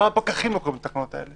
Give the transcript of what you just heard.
גם הפקחים לא קוראים את התקנות האלה.